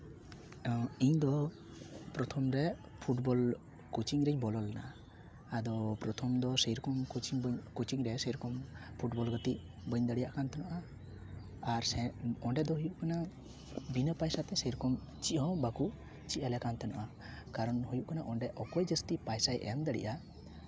ᱤᱧᱫᱚ ᱯᱨᱚᱛᱷᱚᱢ ᱨᱮ ᱯᱷᱩᱴᱵᱚᱞ ᱠᱳᱪᱤᱝ ᱨᱮᱹᱧ ᱵᱚᱞᱚ ᱞᱮᱱᱟ ᱟᱫᱚ ᱯᱨᱚᱛᱷᱚᱢ ᱫᱚ ᱥᱮᱭ ᱨᱚᱠᱚᱢ ᱠᱳᱪᱤᱝ ᱵᱟᱹᱱᱩᱜ ᱠᱳᱪᱤᱝ ᱨᱮ ᱥᱮᱭ ᱨᱚᱠᱚᱢ ᱯᱷᱩᱴᱵᱚᱞ ᱜᱟᱛᱮᱜ ᱵᱟᱹᱧ ᱫᱟᱲᱮᱭᱟᱜ ᱠᱟᱱ ᱛᱟᱦᱮᱱᱟ ᱟᱨ ᱥᱮ ᱚᱸᱰᱮ ᱫᱚ ᱦᱩᱭᱩᱜ ᱠᱟᱱᱟ ᱵᱤᱱᱟᱹ ᱯᱚᱭᱥᱟᱛᱮ ᱥᱮᱭ ᱨᱚᱠᱚᱢ ᱪᱮᱫ ᱦᱚᱸ ᱵᱟᱠᱚ ᱪᱮᱫ ᱟᱞᱮ ᱠᱟᱱ ᱛᱟᱦᱮᱱᱟ ᱠᱟᱨᱚᱱ ᱦᱩᱭᱩᱜ ᱠᱟᱱᱟ ᱚᱸᱰᱮ ᱚᱠᱚᱭ ᱡᱟᱹᱥᱛᱤ ᱯᱚᱭᱥᱟᱭ ᱮᱢ ᱫᱟᱲᱮᱜᱼᱟ